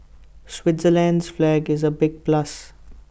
Switzerland's flag is A big plus